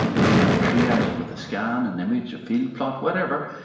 it's then triaged with a scan, an image, a field plot, whatever,